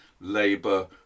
labour